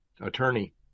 attorney